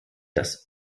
das